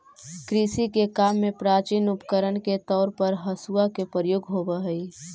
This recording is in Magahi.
कृषि के काम में प्राचीन उपकरण के तौर पर हँसुआ के प्रयोग होवऽ हई